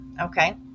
okay